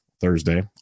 Thursday